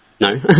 No